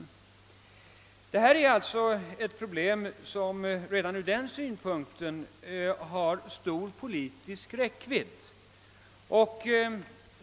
Redan från den synpunkten har sålunda detta problem stor politisk räckvidd.